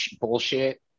bullshit